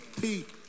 Pete